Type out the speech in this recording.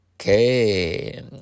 Okay